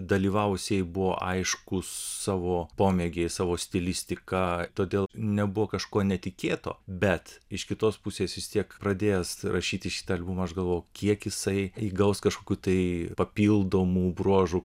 dalyvavusieji buvo aiškūs savo pomėgiais savo stilistika todėl nebuvo kažko netikėto bet iš kitos pusės vis tiek pradėjęs rašyti šitą albumą aš galvojau kiek jisai įgaus kažkokių tai papildomų bruožų